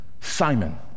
Simon